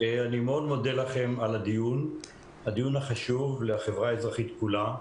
אני מאוד מודה לכם על הדיון החשוב לחברה האזרחית כולה.